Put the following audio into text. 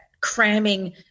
cramming